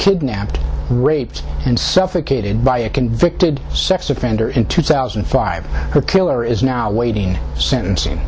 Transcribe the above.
kidnapped raped and suffocated by a convicted sex offender in two thousand and five her killer is now awaiting sentencing